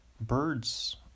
birds